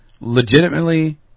legitimately